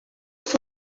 for